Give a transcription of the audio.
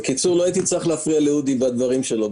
בקיצור, לא הייתי צריך להפריע לאודי בדברים שלו.